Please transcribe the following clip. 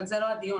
אבל זה לא הדיון.